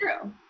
true